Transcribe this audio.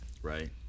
Right